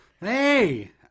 Hey